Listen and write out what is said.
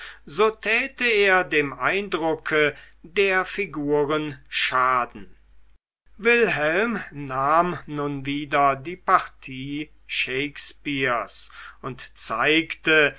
so täte er dem eindrucke der figuren schaden wilhelm nahm nun wieder die partie shakespeares und zeigte